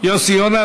יוסי יונה.